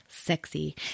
Sexy